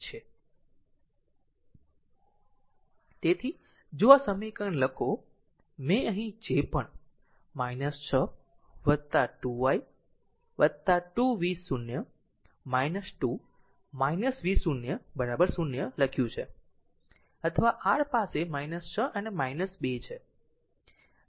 તેથી જો આ સમીકરણ લખો મેં અહીં જે પણ 6 2 i 2 v0 2 v0 0 લખ્યું છે અથવા r પાસે 6 અને 2 છે